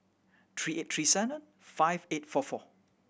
three eight three seven five eight four four